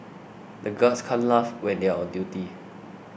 the guards can't laugh when they are on duty